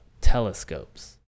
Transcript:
telescopes